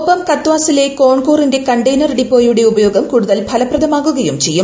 ഒപ്പം കത്വാസിലെ കോൺകോറിന്റെ കണ്ടെയ്നർ ഡിപ്പോയുടെ ഉപയോഗം കൂടുതൽ ഫലപ്രദമാകുകയും ചെയ്യും